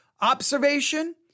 Observation